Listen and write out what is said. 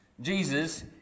Jesus